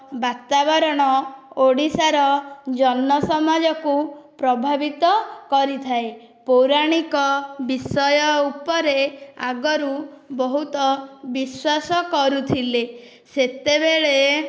ବାତାବରଣ ଓଡ଼ିଶାର ଜନସମାଜକୁ ପ୍ରଭାବିତ କରିଥାଏ ପୌରାଣିକ ବିଷୟ ଉପରେ ଆଗରୁ ବହୁତ ବିଶ୍ୱାସ କରୁଥିଲେ ସେତେବେଳେ